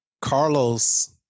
Carlos